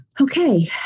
okay